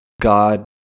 God